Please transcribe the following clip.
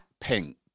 Pink